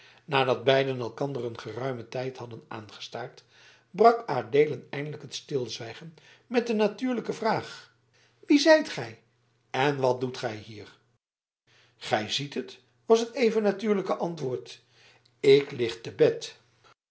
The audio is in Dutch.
nadat beiden elkander een geruimen tijd hadden aangestaard brak adeelen eindelijk het stilzwijgen met de natuurlijke vraag wie zijt gij en wat doet gij hier gij ziet het was het even natuurlijk antwoord ik lig te bed